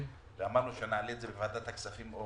ואמרנו שנעלה את זה בוועדת הכספים?